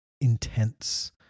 intense